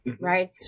right